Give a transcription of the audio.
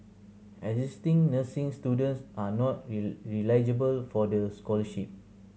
existing nursing students are not eligible for the scholarship